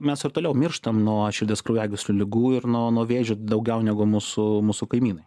mes ir toliau mirštam nuo širdies kraujagyslių ligų ir nuo nuo vėžio daugiau negu mūsų mūsų kaimynai